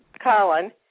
Colin